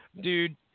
Dude